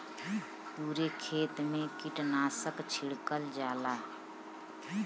पुरे खेत मे कीटनाशक छिड़कल जाला